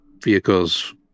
vehicles